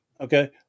Okay